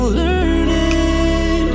learning